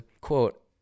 quote